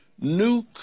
new